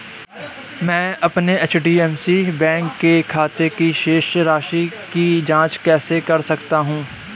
मैं अपने HDFC bank के खाते की शेष राशि की जाँच कैसे कर सकता हूँ?